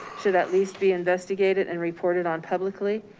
should at least be investigated and reported on publicly.